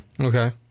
Okay